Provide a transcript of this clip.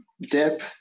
dip